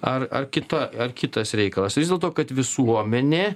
ar ar kita ar kitas reikalas vis dėlto kad visuomenė